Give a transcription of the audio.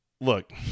Look